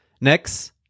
Next